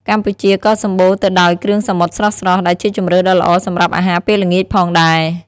កម្ពុជាក៏សម្បូរទៅដោយគ្រឿងសមុទ្រស្រស់ៗ ដែលជាជម្រើសដ៏ល្អសម្រាប់អាហារពេលល្ងាចផងដែរ ។